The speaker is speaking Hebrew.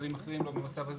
במצבים אחרים, לא במצב אחר.